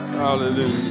Hallelujah